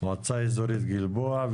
מועצה אזורית גלבוע,